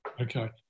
Okay